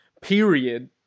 period